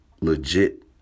legit